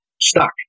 stuck